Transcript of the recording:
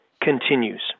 continues